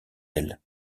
elle